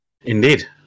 Indeed